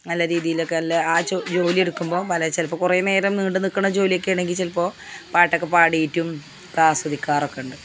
നല്ല രീതിയിലൊക്കെ അല്ലേ ആ ജോലി എടുക്കുമ്പോള് ചിലപ്പോള് കുറേ നേരം നീണ്ടുനില്ക്കണ ജോലിയോ ആണെങ്കില് ചിലപ്പോള് പാട്ടൊക്കെ പാടിയിട്ടും ആസ്വദിക്കാറൊക്കെയുണ്ട്